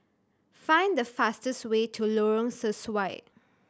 find the fastest way to Lorong Sesuai